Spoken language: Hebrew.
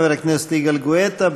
חבר הכנסת יגאל גואטה,